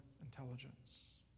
intelligence